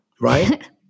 right